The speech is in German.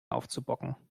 aufzubocken